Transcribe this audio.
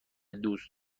دوست